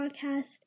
podcast